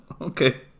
Okay